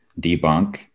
debunk